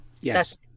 Yes